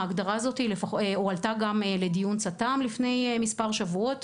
ההגדרה הזאת הועלתה גם לדיון צט"מ לפני מספר שבועות,